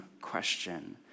question